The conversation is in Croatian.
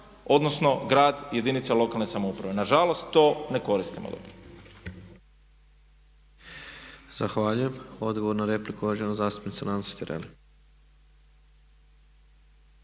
odnosno grad, jedinica lokalne samouprave. Nažalost, to ne koristimo dobro. **Tepeš, Ivan (HSP AS)** Zahvaljujem. Odgovor na repliku, uvažena zastupnica Nansi Tireli.